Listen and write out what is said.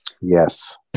Yes